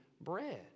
bread